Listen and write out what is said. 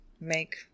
make